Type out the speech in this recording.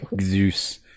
Zeus